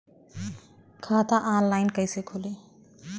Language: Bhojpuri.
खाता ऑनलाइन कइसे खुली?